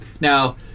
Now